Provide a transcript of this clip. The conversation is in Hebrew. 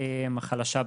החלשה במדינה.